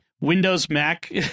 Windows-Mac